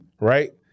right